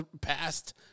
past